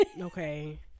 Okay